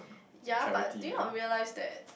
yea but do you not realize that